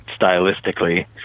stylistically